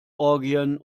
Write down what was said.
orgien